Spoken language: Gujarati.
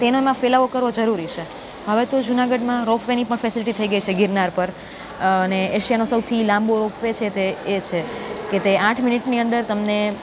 તેનો એમાં ફેલાવો કરવો જરૂરી છે હવે તો જુનાગઢમાં રોપવેની પણ ફેસેલીટી થઈ ગઈ છે ગિરનાર પર અને એશિયાનો સૌથી લાંબો રોપેવે છે તે એ છે કે તે આઠ મિનિટની અંદર તમને